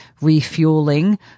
refueling